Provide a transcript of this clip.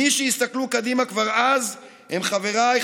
מי שהסתכלו קדימה כבר אז הם חבריי,